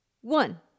one